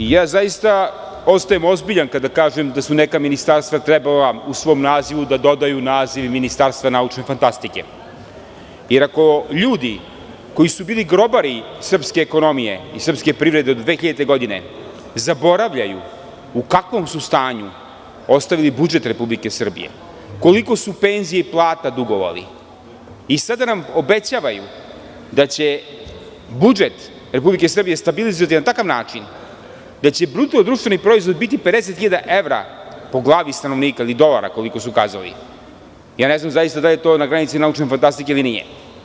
Dakle, ja zaista ostajem ozbiljan kada kažem da su neka ministarstva trebala u svom nazivu da dodaju naziv ministarstva naučne fantastike, jer ako ljudi koji su bili grobari srpske ekonomije i srpske privrede do 2000. godine zaboravljaju u kakvom su stanju ostavili budžet Republike Srbije, koliko su penzija i plata dugovali, i sada nam obećavaju da će budžet Republike Srbije stabilizovati na takav način da će BDP biti 50 hiljada evra po glavi stanovnika ili dolara koliko su kazali, ne znam zaista da li je to na granici naučne fantastike ili nije.